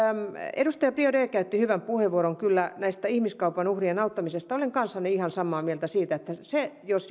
edustaja biaudet käytti kyllä hyvän puheenvuoron ihmiskaupan uhrien auttamisesta olen kanssanne ihan samaa mieltä siitä että he jos